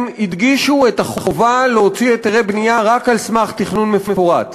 הם הדגישו את החובה להוציא היתרי בנייה רק על סמך תכנון מפורט,